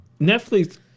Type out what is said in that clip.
Netflix